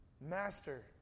Master